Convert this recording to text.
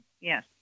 Yes